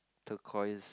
turquoise